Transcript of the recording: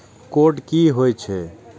Code की होय छै?